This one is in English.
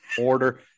order